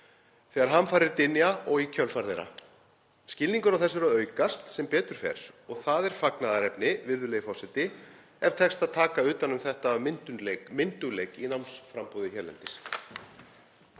þegar hamfarir dynja og í kjölfar þeirra. Skilningur á þessu er að aukast sem betur fer og það er fagnaðarefni, virðulegi forseti, ef tekst að taka utan um þetta af myndugleik í námsframboði hérlendis.